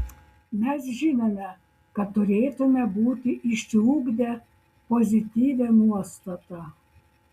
mes žinome kad turėtumėme būti išsiugdę pozityvią nuostatą